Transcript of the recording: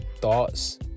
thoughts